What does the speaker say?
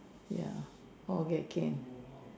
ya all get caned